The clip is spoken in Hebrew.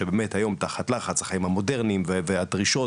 אנחנו צריכים לראות,